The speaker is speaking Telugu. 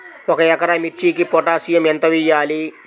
ఒక ఎకరా మిర్చీకి పొటాషియం ఎంత వెయ్యాలి?